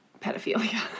Pedophilia